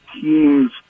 teams